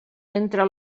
entre